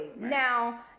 Now